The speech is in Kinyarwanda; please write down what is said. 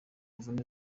mvune